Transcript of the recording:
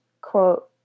quote